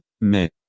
mais